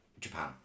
Japan